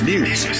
News